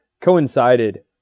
coincided